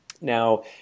now